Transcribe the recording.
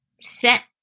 set